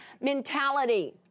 mentality